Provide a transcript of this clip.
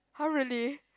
!huh! really